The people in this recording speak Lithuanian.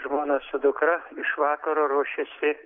žmona su dukra iš vakaro ruošėsi